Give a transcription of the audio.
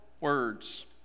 words